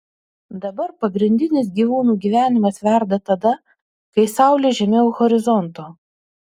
dabar pagrindinis gyvūnų gyvenimas verda tada kai saulė žemiau horizonto